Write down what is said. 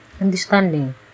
understanding